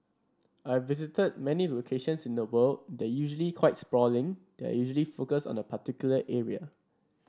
I've visited many locations in the world they're usually quite sprawling they're usually focused on a particular area